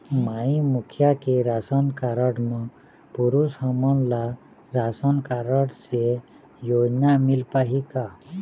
माई मुखिया के ration card म पुरुष हमन ला राशन कारड से योजना मिल पाही का?